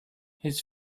his